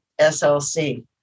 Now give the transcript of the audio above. SLC